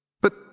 But